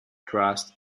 trust